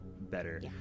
better